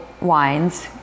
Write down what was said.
wines